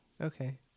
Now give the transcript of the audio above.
Okay